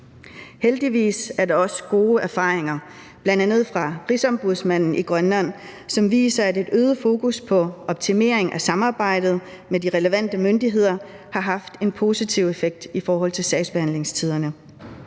Heldigvis er der også gode erfaringer, bl.a. fra Rigsombudsmanden i Grønland, som viser, at et øget fokus på optimering af samarbejdet med de relevante myndigheder har haft en positiv effekt på sagsbehandlingstiderne.